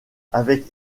avec